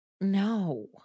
No